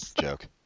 joke